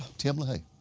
tim lahaye.